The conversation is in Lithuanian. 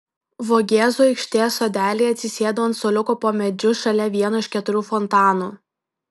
vogėzų aikštės sodelyje atsisėdu ant suoliuko po medžiu šalia vieno iš keturių fontanų